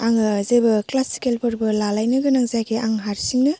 आङो जेबो क्लासिकेलफोरबो लालायनो गोनां जायाखै आं हारसिंनो